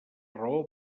raó